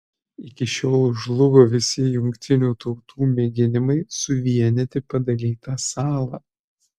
iki šiol žlugo visi jungtinių tautų mėginimai suvienyti padalytą salą